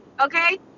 okay